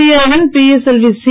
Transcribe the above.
India வின் PSLV C